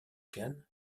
cannes